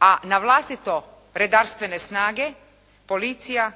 a na vlastito redarstvene snage, policija